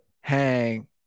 hang